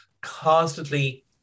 constantly